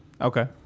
Okay